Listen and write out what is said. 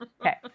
Okay